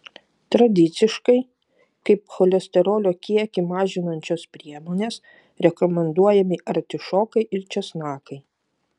tradiciškai kaip cholesterolio kiekį mažinančios priemonės rekomenduojami artišokai ir česnakai